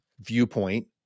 viewpoint